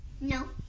No